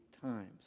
times